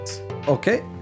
Okay